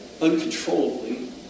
uncontrollably